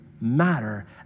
matter